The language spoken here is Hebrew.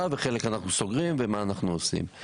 וחלק אנחנו סוגרים ומה אנחנו עושים.